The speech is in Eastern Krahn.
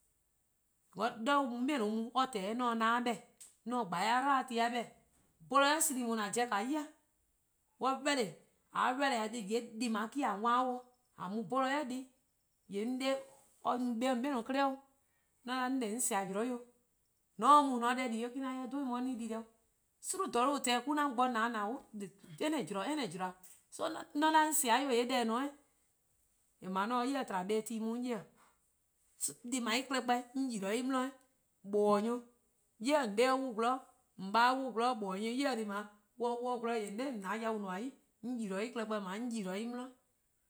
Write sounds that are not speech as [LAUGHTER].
Because 'de :dha 'on 'bei'-a mu-a 'de :tehn 'on se na-a 'beh-dih: 'on se 'gbeh-a 'dlu :dhe-eh 'beh-dih: border 'i :gwie:+ :an pobo-a 'ya, :mor :a ready, :mor on ready. :yee' deh+ :on 'ye-a :yee' deh+ :dao' me-: :a wan-dih' dih, ;a mu border 'i deh+-dih, :yee' 'on 'de on no 'kpa 'o :on 'bei' 'klei' 'o, :mor 'on 'da 'on :de on sia' zean' 'o, :mor :on se mu :on :se-' deh di 'o, :yee' 'on 'da :mor eh 'dhu eh mor 'on 'bor deh di-eh 'o, :gwie: :dhorno' :daa :eh :tehn-a 'o :tehnehn: mo-: 'an mu bo :na [HESITATION] any :zorn any :zorn, so [HESITATION] :mor 'on 'da 'on sea' :yee' :eh :ne 'de eh 'di :eh, eh :da 'o :mor 'on se 'de 'yi-dih tba bla tu+-a mu 'on 'ye-'. So deh :dao' klehkpeh 'on :yi-dih 'de en 'di 'weh. :bobo: nyor+ dih, 'on :baa' 'wluh 'o :gwlor, :on 'de 'wluh 'o :gwlor :bobo nyor+ 'yi-dih, :bor on 'wluh 'o :gwlor :yee' :on 'da :a yao :nmor-' 'yi deh :dao' 'on :yi-dih 'de en-' klehkpeh 'di 'weh.